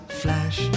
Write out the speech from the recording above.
flash